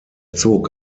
zog